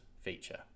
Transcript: feature